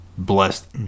Blessed